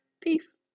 peace